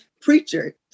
preacher